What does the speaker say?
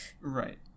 Right